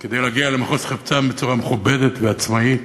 כדי להגיע למחוז חפצם בצורה מכובדת ועצמאית,